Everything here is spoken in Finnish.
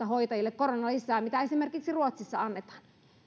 hoitajille korona lisää mitä esimerkiksi ruotsissa annetaan